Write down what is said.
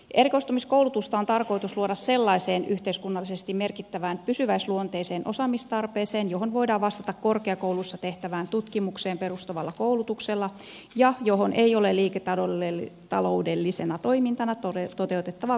erikoistumiskoulutusta on tarkoitus luoda sellaiseen yhteiskunnallisesti merkittävään pysyväisluonteiseen osaamistarpeeseen johon voidaan vastata korkeakoulussa tehtävään tutkimukseen perustuvalla koulutuksella ja johon ei ole liiketaloudellisena toimintana toteutettavaa koulutustarjontaa